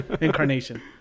incarnation